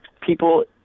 people